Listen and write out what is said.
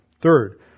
Third